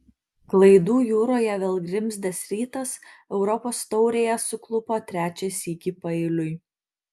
klaidų jūroje vėl grimzdęs rytas europos taurėje suklupo trečią sykį paeiliui